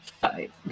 five